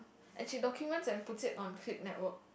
and she documents and puts it on click network